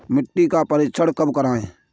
मिट्टी का परीक्षण कहाँ करवाएँ?